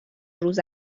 روز